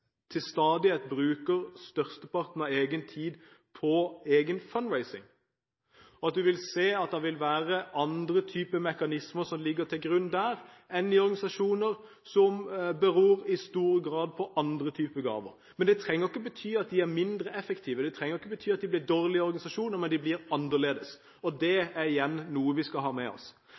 til stadighet bruker størsteparten av egen tid på «fund-raising», og man vil se at det vil være andre typer mekanismer som ligger til grunn der, enn i organisasjoner som i stor grad beror på andre typer gaver. Det trenger ikke bety at de er mindre effektive, og det trenger ikke bety at de blir dårligere organisasjoner – men de blir annerledes, og det er igjen noe vi skal ha med oss.